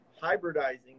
hybridizing